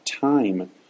time